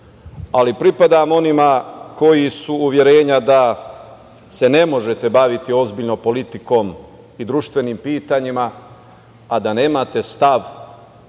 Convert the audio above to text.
ali pripadam onima koji su uverena da se ne možete baviti ozbiljno politikom i društvenim pitanjima a da nemate stav,